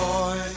Boy